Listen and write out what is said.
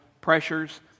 pressures